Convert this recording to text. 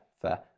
fair